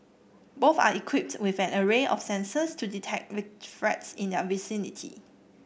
both are equipped with an array of sensors to detect threats in their vicinity